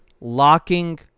locking